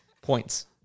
Points